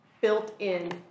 built-in